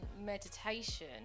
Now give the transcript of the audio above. meditation